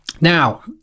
Now